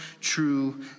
true